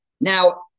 Now